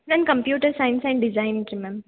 ನಂದು computer science and designing ರೀ ma'am